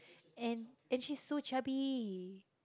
and and she's so chubby